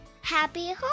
Happy